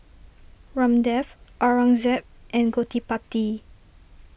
Ramdev Aurangzeb and Gottipati